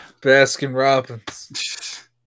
Baskin-Robbins